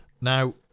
Now